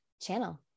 channel